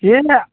এই না